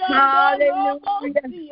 hallelujah